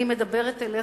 אני מדברת אליך,